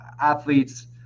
athletes